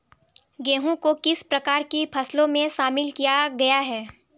गेहूँ को किस प्रकार की फसलों में शामिल किया गया है?